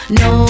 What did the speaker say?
no